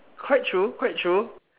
quite true quite true